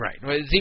right